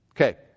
Okay